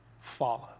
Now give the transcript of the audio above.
follow